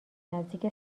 نزدیک